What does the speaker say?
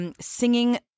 singing